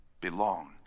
belong